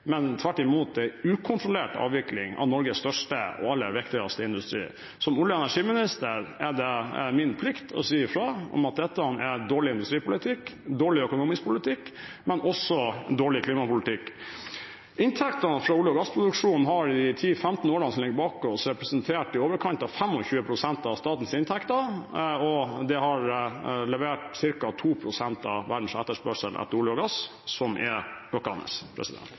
men tvert imot en ukontrollert avvikling av Norges største og aller viktigste industri. Som olje- og energiminister er det min plikt å si ifra om at dette er dårlig industripolitikk, dårlig økonomisk politikk, men også dårlig klimapolitikk. Inntektene fra olje- og gassproduksjonen har i de 10–15 årene som ligger bak oss, representert i overkant av 25 pst. av statens inntekter, og de har levert ca. 2 pst. av verdens etterspørsel etter olje og gass, som er